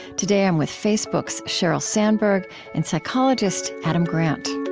today i'm with facebook's sheryl sandberg and psychologist adam grant